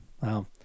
Wow